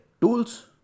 tools